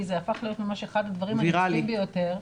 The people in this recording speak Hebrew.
זה הפך להיות ממש אחד הדברים הנצפים ביותר,